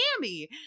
Miami